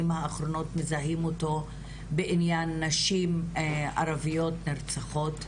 האחרונות מזהים אותו בעניין נשים ערביות נרצחות,